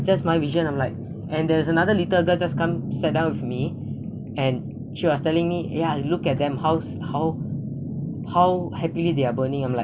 just my vision I'm like and there is another little girl just come st down with me and she was telling me eh I look at them how's how how happy they are burning I'm like